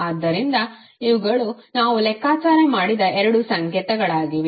ಆದ್ದರಿಂದ ಇವುಗಳು ನಾವು ಲೆಕ್ಕಾಚಾರ ಮಾಡಿದ ಎರಡು ಸಂಕೇತಗಳಾಗಿವೆ